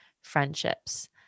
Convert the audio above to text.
friendships